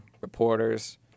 reporters